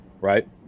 Right